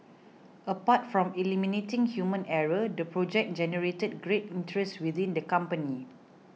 apart from eliminating human error the project generated great interest within the company